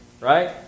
right